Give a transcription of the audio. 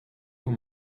van